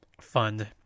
Fund